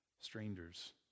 strangers